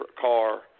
car